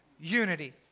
unity